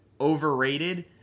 overrated